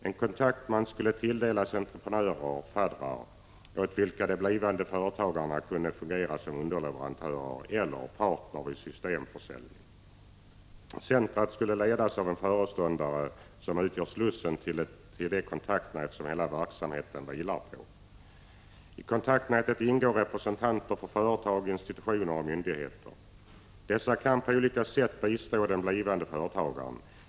En kontaktman skulle tilldela entreprenörer ”faddrar”, åt vilka den blivande företagaren kunde fungera som underleverantör eller partner vid systemförsäljning. Centret skall ledas av en föreståndare som utgör slussen till det kontaktnät som hela verksamheten vilar på. I kontaktnätet ingår representanter för företag, institutioner och myndigheter. Dessa kan på olika sätt bistå den blivande företagaren.